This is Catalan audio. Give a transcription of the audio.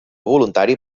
voluntari